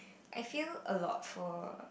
I feel a lot for